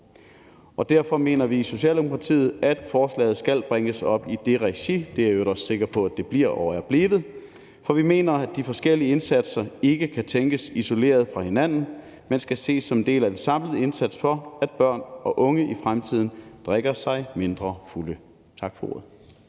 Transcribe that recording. Derfor mener vi i Socialdemokratiet, at forslaget skal bringes op i det regi. Det er jeg i øvrigt også sikker på at det bliver og er blevet, for vi mener, at de forskellige indsatser ikke kan tænkes isolerede fra hinanden, men skal ses som en samlet indsats for, at børn og unge i fremtiden drikker sig mindre fulde. Tak for ordet.